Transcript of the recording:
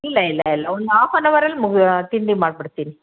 ಇಲ್ಲ ಇಲ್ಲ ಇಲ್ಲ ಒಂದು ಹಾಫ್ ಆ್ಯನ್ ಅವರಲ್ಲಿ ಮು ತಿಂಡಿ ಮಾಡ್ಬಿಡ್ತೀನಿ